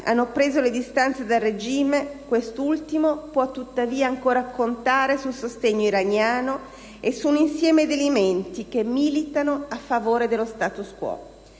hanno preso le distanze dal regime, quest'ultimo può tuttavia ancora contare sul sostegno iraniano e su un insieme di elementi che militano in favore dello *status quo*: